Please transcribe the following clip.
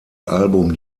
album